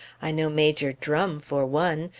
i know major drum for one,